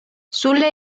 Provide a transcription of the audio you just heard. sulle